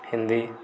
Hindi